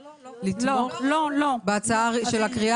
לא קריאה